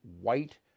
white